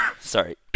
Sorry